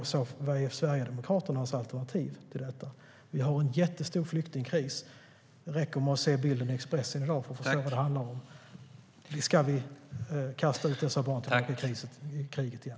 Men vad är Sverigedemokraternas alternativ till detta? Vi har en jättestor flyktingkris. Det räcker med att se bilden i Expressen i dag för att förstå vad det handlar om. Ska vi kasta ut dessa barn i kriget igen?